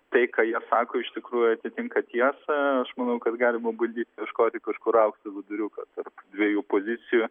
tai ką jie sako iš tikrųjų atitinka tiesą aš manau kad galima bandyti ieškoti kažkur aukso viduriuko tarp dviejų pozicijų